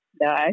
no